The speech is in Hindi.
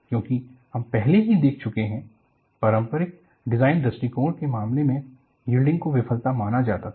क्योंकि हम पहले ही देख चुके हैं पारंपरिक डिजाइन दृष्टिकोण के मामले में यिल्डिंग को विफलता माना जाता था